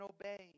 obeying